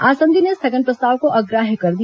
आसंदी ने स्थगन प्रस्ताव को अग्राह्य कर दिया